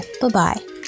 Bye-bye